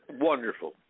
Wonderful